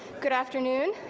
good afternoon,